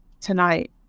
tonight